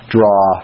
draw